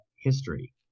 history